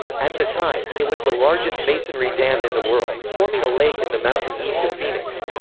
at the time, it was the largest masonry dam in the world, forming a lake in the mountain east of phoenix.